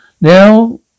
Now